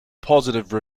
positive